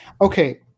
Okay